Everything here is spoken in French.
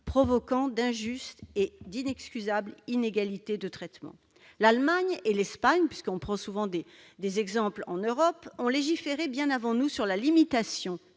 provoquant d'injustes et d'inexcusables inégalités de traitement. L'Allemagne et l'Espagne, pour ne prendre que ces exemples européens, ont légiféré bien avant nous sur la limitation